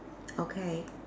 okay